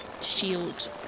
shield